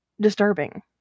disturbing